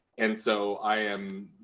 and so, i am